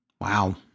Wow